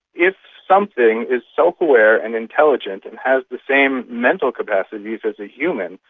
if something is self-aware and intelligent and has the same mental capacities as a human,